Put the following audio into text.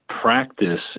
practice